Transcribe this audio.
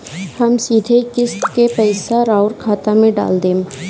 हम सीधे किस्त के पइसा राउर खाता में डाल देम?